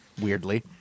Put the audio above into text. weirdly